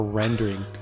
rendering